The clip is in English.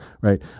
right